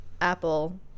Apple